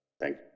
Thank